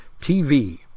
TV